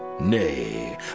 Nay